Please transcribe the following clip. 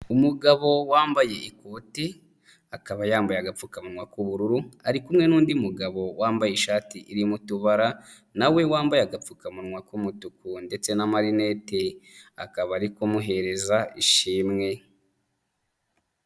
Umugabo wambaye ikoti akaba yambaye agapfukamunwa k'ubururu ari kumwe n'undi mugabo wambaye ishati irimo utubara na we wambaye agapfukamunwa k'umutuku ndetse n'amarinete akaba ari kumuhereza ishimwe.